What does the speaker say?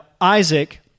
Isaac